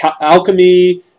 alchemy